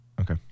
Okay